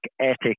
ethic